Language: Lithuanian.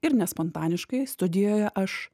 ir ne spontaniškai studijoje aš